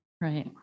right